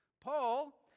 Paul